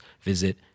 visit